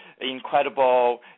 incredible